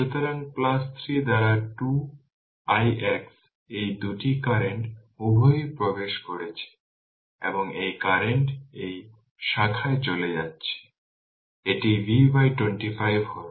সুতরাং3 দ্বারা 2 ix এই 2 টি কারেন্ট উভয়ই প্রবেশ করছে এবং এই কারেন্ট এই শাখায় চলে যাচ্ছে এটি V25 হবে